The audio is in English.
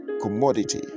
commodity